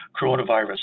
coronavirus